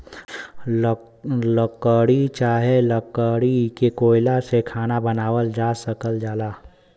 लकड़ी चाहे लकड़ी के कोयला से खाना बनावल जा सकल जाला